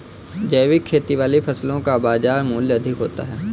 जैविक खेती वाली फसलों का बाजार मूल्य अधिक होता है